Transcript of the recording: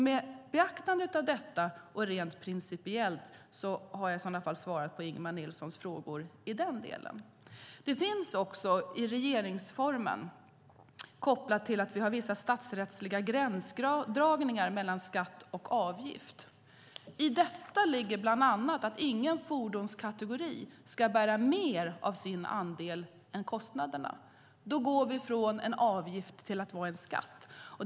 Med beaktande av detta och rent principiellt har jag i sådana fall svarat på Ingemar Nilssons frågor i den delen. Det finns också något i regeringsformen, kopplat till att vi har vissa statsrättsliga gränsdragningar mellan skatt och avgift. I detta ligger bland annat att ingen fordonskategori ska bära mer av sin andel än kostnaderna. Då går vi från en avgift till en skatt.